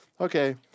okay